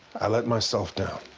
i let myself down.